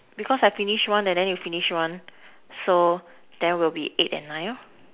because I finish one and then you finish one so there will be eight and nine lor